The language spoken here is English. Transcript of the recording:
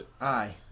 Aye